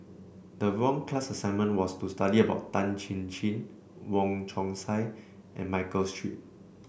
the wrong class assignment was to study about Tan Chin Chin Wong Chong Sai and Michael Seet